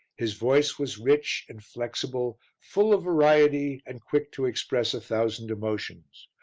his voice was rich and flexible, full of variety and quick to express a thousand emotions.